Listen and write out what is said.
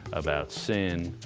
about sin.